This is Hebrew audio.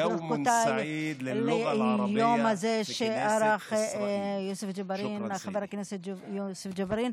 וברכותיי על היום הזה שערך חבר הכנסת יוסף ג'בארין.